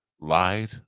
lied